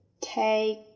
take